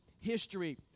history